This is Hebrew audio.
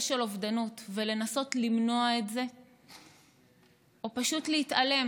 של אובדנות ולנסות למנוע את זה או פשוט להתעלם,